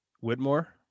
Whitmore